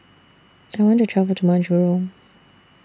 I want to travel to Majuro